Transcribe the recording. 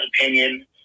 opinion